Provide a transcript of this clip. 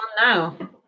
now